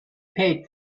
paid